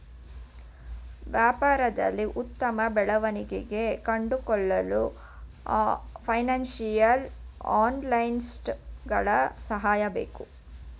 ವ್ಯಾಪಾರದಲ್ಲಿ ಉತ್ತಮ ಬೆಳವಣಿಗೆ ಕಂಡುಕೊಳ್ಳಲು ಫೈನಾನ್ಸಿಯಲ್ ಅನಾಲಿಸ್ಟ್ಸ್ ಗಳ ಸಹಾಯ ಬೇಕು